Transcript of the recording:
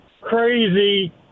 crazy